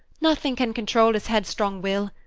nothing can control his headstrong will.